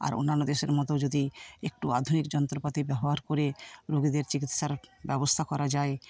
আর অন্যান্য দেশের মতো যদি একটু আধুনিক যন্ত্রপাতির ব্যবহার করে রোগীদের চিকিৎসার ব্যবস্থা করা যায়